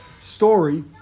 story